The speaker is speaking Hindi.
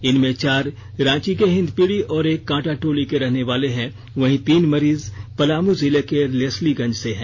इनमें चार रांची के हिन्दपीढ़ी के और एक कांटाटोली के रहने वाले हैं वहीं तीन मरीज पलामू जिले के लेस्लीगंज से हैं